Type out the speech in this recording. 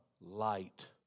light